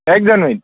এক জানুৱাৰীত